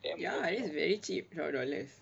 ya it is very cheap twelve dollars